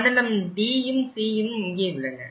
மண்டலம் Dயும் Cயும் இங்கே உள்ளன